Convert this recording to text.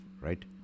right